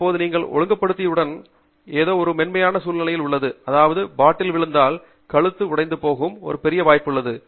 இப்போது நீங்கள் ஒழுங்குபடுத்தியவுடன் இது ஒரு மென்மையான சூழ்நிலையில் உள்ளது அதாவது பாட்டில் விழுந்தால் கழுத்து உடைந்து போகும் ஒரு பெரிய வாய்ப்பு உள்ளது